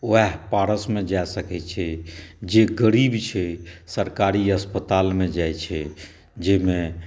पारसमे जा सकै छै जे गरीब छै सरकारी अस्पतालमे जाइ छै जाहिमे